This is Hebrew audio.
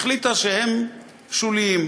החליטה שהם שוליים.